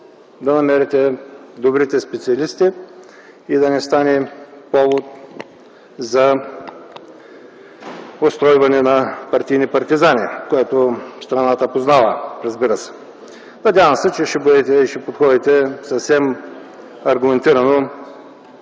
да намерите добрите специалисти и това да не стане повод за устройване на партийни партизани, което страната познава. Надявам се, че ще подходите съвсем аргументирано